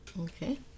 Okay